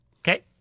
Okay